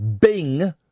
Bing